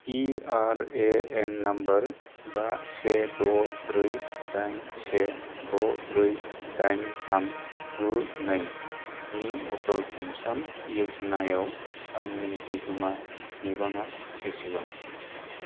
P R A N number बा से द' ब्रै दाइन से द' ब्रै दाइन थाम गु नैनि अटल पेन्सन यजनायाव आंनि बिहोमा बिबाङा बेसेबां